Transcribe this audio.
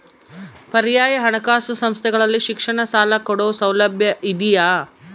ಪರ್ಯಾಯ ಹಣಕಾಸು ಸಂಸ್ಥೆಗಳಲ್ಲಿ ಶಿಕ್ಷಣ ಸಾಲ ಕೊಡೋ ಸೌಲಭ್ಯ ಇದಿಯಾ?